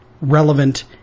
relevant